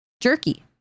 jerky